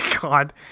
god